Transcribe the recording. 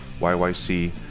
YYC